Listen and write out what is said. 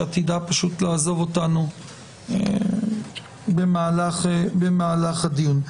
שעתידה לעזוב אותנו במהלך הדיון.